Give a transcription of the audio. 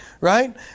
Right